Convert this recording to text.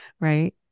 Right